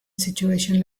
situation